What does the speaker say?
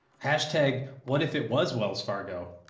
hashtag what if it was wells fargo?